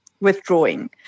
withdrawing